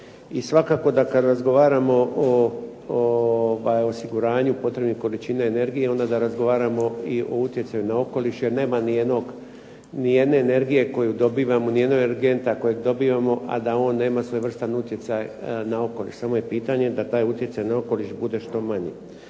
i svakako da kada razgovaramo o osiguranju potrebnih količina energije, onda da razgovaramo i o utjecaju na okoliš. Jer nema nijedne energije koju dobivamo, nijednog energenta kojeg dobivamo a da on nema svojevrstan utjecaj na okoliš. Samo je pitanje da taj utjecaj na okoliš bude što manji.